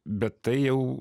bet tai jau